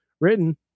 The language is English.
written